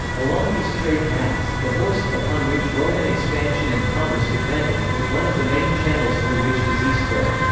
along these trade paths, the horse, upon which roman expansion and commerce depended, was one of the main channels through which disease spread.